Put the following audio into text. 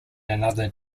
another